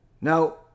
Now